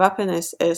הוואפן אס.אס.